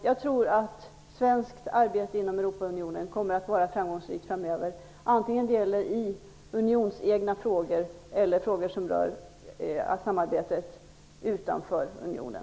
Jag tror att svenskt arbete inom Europeiska unionen kommer att vara framgångsrikt framöver, vare sig det gäller i unionsfrågor eller frågor som rör samarbetet med länder utanför unionen.